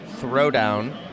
Throwdown